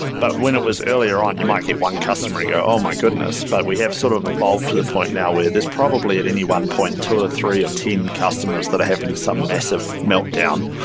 but when it was earlier on, you might get one customer and go, oh, my goodness! but we have sort of evolved to the point now where there's probably at any one point two or three or ten customers that are having some massive meltdown.